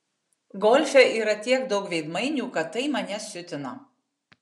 golfe yra tiek daug veidmainių kad tai mane siutina